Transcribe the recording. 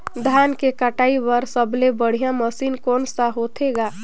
धान के कटाई बर सबले बढ़िया मशीन कोन सा होथे ग?